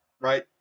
right